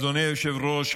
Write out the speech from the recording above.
אדוני היושב-ראש,